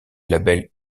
label